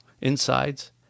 insides